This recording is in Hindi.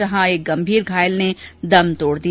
जहां एक गंभीर घायल ने दम तोड़ दिया